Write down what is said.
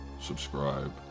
subscribe